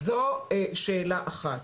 זו שאלה אחת.